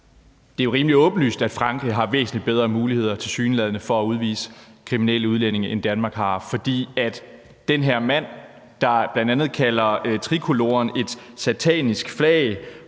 Det er jo rimelig åbenlyst, at Frankrig tilsyneladende har væsentligt bedre muligheder for at udvise kriminelle udlændinge, end Danmark har, for den her mand, der bl.a. kalder Tricoloren for et satanisk flag,